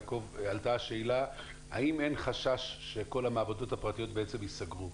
עלתה השאלה האם אין חשש שכל המעבדות הפרטיות ייסגרו,